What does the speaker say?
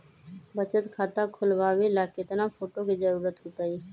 बचत खाता खोलबाबे ला केतना फोटो के जरूरत होतई?